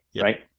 right